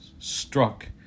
struck